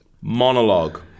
monologue